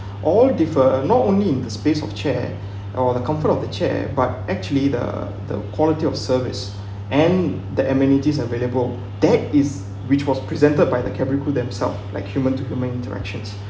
all differ not only in the space of chair or the comfort of the chair but actually the the quality of service and that amenities available that is which was presented by the cabin crew themself like human to human interactions